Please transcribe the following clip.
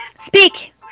speak